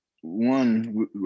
one